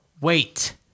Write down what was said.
wait